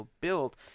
built